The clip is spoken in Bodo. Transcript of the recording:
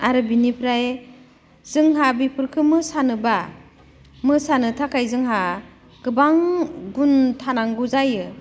आरो बिनिफ्राय जोंहा बिफोरखो मोसानोब्ला मोसानो थाखाय जोंहा गोबां गुन थानांगौ जायो